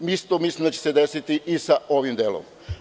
Isto mislim da će se desiti i sa ovim delom.